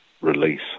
release